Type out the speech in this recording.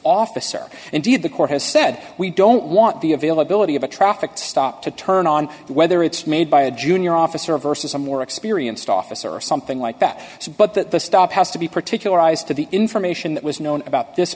office or indeed the court has said we don't want the availability of a traffic stop to turn on whether it's made by a junior officer versus a more experienced officer or something like that but that the stop has to be particularized to the information that was known about this